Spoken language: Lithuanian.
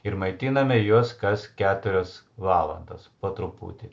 ir maitiname juos kas keturios valandos po truputį